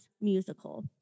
musical